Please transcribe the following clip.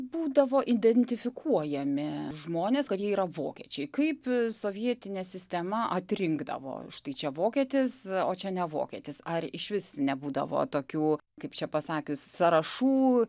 būdavo identifikuojami žmonės kad jie yra vokiečiai kaip sovietinė sistema atrinkdavo štai čia vokietis o čia ne vokietis ar išvis nebūdavo tokių kaip čia pasakius sąrašų